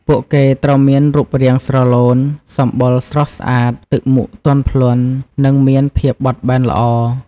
ពួកគេត្រូវមានរូបរាងស្រឡូន សម្បុរស្រស់ស្អាត ទឹកមុខទន់ភ្លន់ និងមានភាពបត់បែនល្អ។